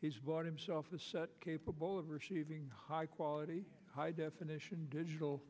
he's bought himself a set capable of receiving high quality high definition digital